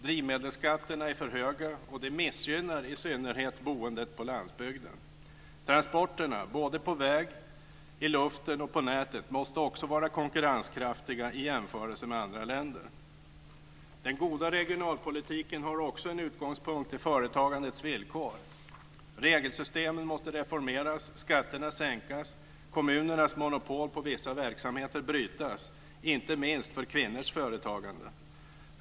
Drivmedelsskatterna är för höga, och det missgynnar i synnerhet boendet på landsbygden. Transporterna på väg, i luften och på nätet måste också vara konkurrenskraftiga i jämförelse med andra länder. Den goda regionalpolitiken har också en utgångspunkt i företagandets villkor. Regelsystemen måste reformeras, skatterna sänkas, kommunernas monopol på vissa verksamheter brytas, inte minst för kvinnors företagande.